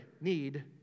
need